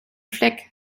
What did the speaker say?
fleck